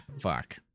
fuck